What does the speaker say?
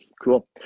cool